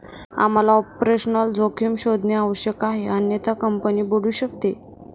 आम्हाला ऑपरेशनल जोखीम शोधणे आवश्यक आहे अन्यथा कंपनी बुडू शकते